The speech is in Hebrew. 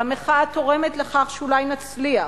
והמחאה תורמת לכך שאולי נצליח.